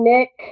Nick